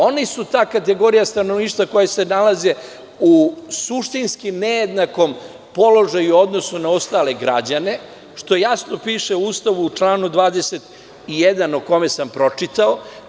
Oni su ta kategorija stanovništva koja se nalazi u suštinski nejednakom položaju u odnosu na ostale građane, što jasno piše u Ustavu, u članu 21. koji sam pročitao.